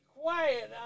quiet